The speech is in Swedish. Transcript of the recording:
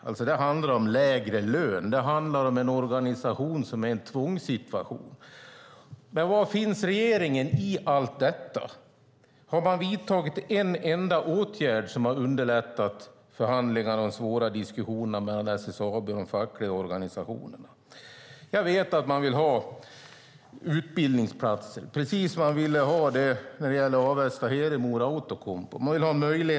Det handlar om lägre lön och en organisation som är i en tvångssituation. Men var finns regeringen i allt detta? Har man vidtagit en enda åtgärd som underlättat förhandlingarna och de svåra diskussionerna mellan SSAB och de fackliga organisationerna? Jag vet att man vill ha utbildningsplatser. Det ville man ha i Avesta och Hedemora också när det gällde Outokumpu.